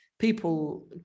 people